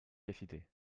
efficacité